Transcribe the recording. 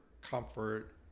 comfort